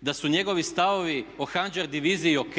Da su njegovi stavovi o handžar diviziji ok?